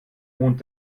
mond